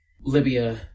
Libya